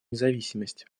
независимость